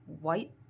white